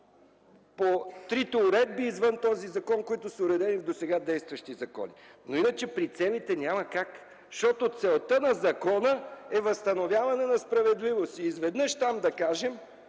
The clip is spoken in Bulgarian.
по трите уредби извън този закон, които са уредени в досега действащи закони. Но иначе при целите – няма как, защото целта на закона е възстановяване на справедливост. Изведнъж там да кажем,